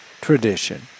tradition